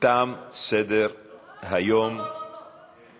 תם סדר-היום, לא לא לא.